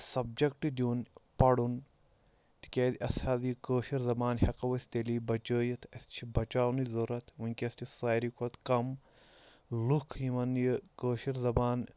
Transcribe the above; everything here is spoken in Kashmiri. سَبجکٹ دیُن پَرُن تِکیٛازِ اَسہِ حظ یہِ کٲشِر زَبان ہٮ۪کو أسۍ تیٚلی بَچٲیِتھ اَسہِ چھِ بَچاونٕچ ضوٚرَتھ وٕنۍکٮ۪س چھِ ساروی کھۄتہٕ کَم لُکھ یِمَن یہِ کٲشِر زَبان